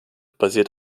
basiert